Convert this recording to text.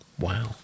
Wow